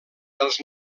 els